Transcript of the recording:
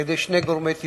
בין שני גורמי טיפול: